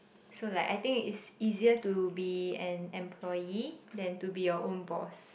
so like I think it's easier to be an employee than to be your own boss